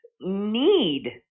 need